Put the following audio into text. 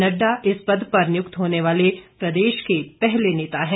नड्डा इस पद पर नियुक्त होने वाले प्रदेश के पहले नेता हैं